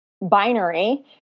binary